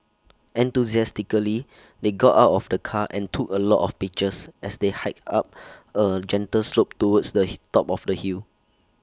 enthusiastically they got out of the car and took A lot of pictures as they hiked up A gentle slope towards the top of the hill